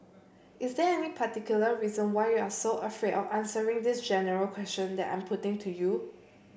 is there any particular reason why you are so afraid of answering this general question that I'm putting to you